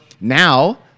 now